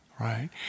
Right